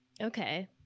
Okay